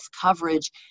coverage